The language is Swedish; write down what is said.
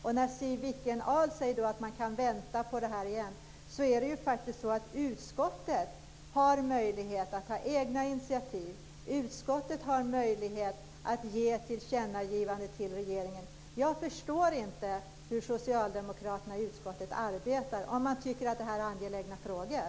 Siw Wittgren-Ahl säger att man kan vänta på det här men utskottet har faktiskt möjlighet att ta egna initiativ. Utskottet har också möjlighet att göra ett tillkännagivande till regeringen. Jag förstår inte hur socialdemokraterna i utskottet arbetar om man nu tycker att det här är angelägna frågor.